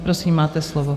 Prosím, máte slovo.